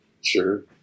Sure